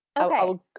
Okay